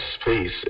please